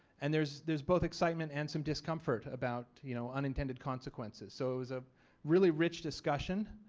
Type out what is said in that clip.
and there's there's both excitement and some discomfort about you know unintended consequences. so it was a really rich discussion.